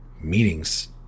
meetings